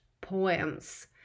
poems